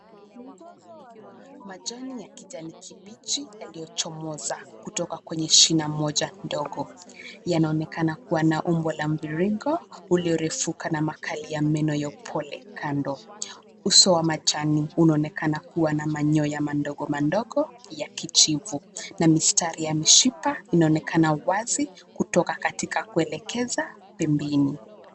Majani ya kijani kibichi, yaliyochomoza kutoka kwenye shina moja ndogo. Yanaonekana kuwa na umbo la mviringo, uliorefuka na makali ya meno ya upole kando. Uso wa majani unaonekana kuwa na manyoya madogo madogo, ya kijivu. Na mistari ya mishipa, inaonekana wazi, kutoka katika kuelekeza, pembeni.